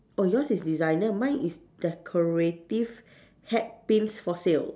oh yours is designer mine is decorative hat pins for sale